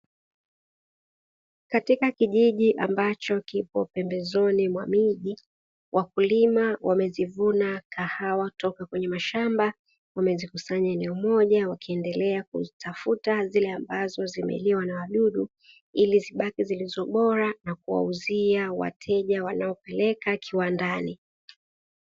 Katika kijiji ambacho kipo pembezoni mwa miji, wakulima wamezivuna kahawa kutoka kwenye mashamba wamezikusanya eneo moja wakiendelea kuzitafuta zile ambazo zimeliwa na wadudu ili zibaki zilizo bora na kuwauzia wateja wanaopeleka kiwandani.